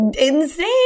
insane